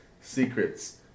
secrets